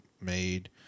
made